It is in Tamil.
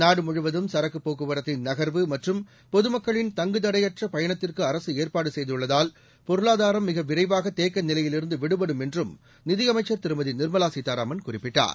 நாடுமுழுவதும் சரக்கு போக்குவரத்தின் நகர்வு மற்றும் பொதுமக்களின் தங்குதடையற்ற பயணத்திற்கு அரசு ஏற்பாடு செய்துள்ளதால் பொருளாதாரம் மிக விரைவாக தேக்க நிலையிலிருந்து விடுபடும் என்றும் நிதியமைச்சர் திருமதி நிர்மலா சீதாராமன் குறிப்பிட்டார்